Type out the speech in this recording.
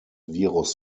virus